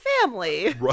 family